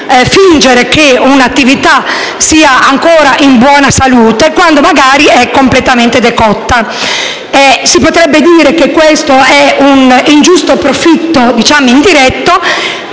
fingere che un'attività sia ancora in buona salute, quando magari è completamente decotta. Si potrebbe dire che questo è un ingiusto profitto indiretto;